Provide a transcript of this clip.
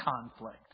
conflict